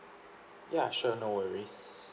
ya sure no worries